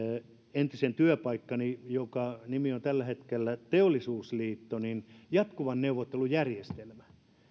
entisen työpaikkani jonka nimi on tällä hetkellä teollisuusliitto jatkuvan neuvottelun järjestelmä